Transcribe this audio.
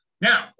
Now